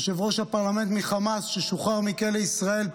יושב-ראש הפרלמנט מחמאס ששוחרר מכלא ישראל.